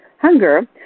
hunger